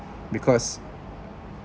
because